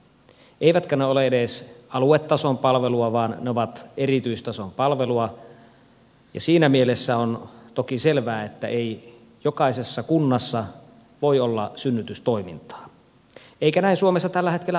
eivät ne ole edes aluetason palvelua vaan erityistason palvelua ja siinä mielessä on toki selvää että ei jokaisessa kunnassa voi olla synnytystoimintaa eikä näin suomessa tällä hetkellä olekaan